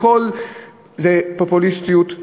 הכול זה פופוליסטיות.